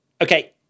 Okay